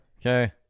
Okay